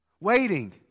Waiting